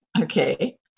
Okay